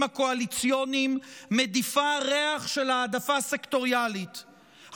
הקואליציוניים מדיפה ריח של העדפה סקטוריאלית,